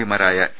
പിമാരായ T